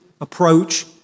approach